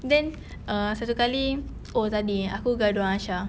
then err satu kali oh tadi aku gaduh dengan aisha